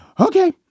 Okay